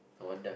no wonder